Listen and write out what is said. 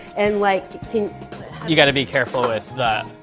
and like you gotta be careful with the,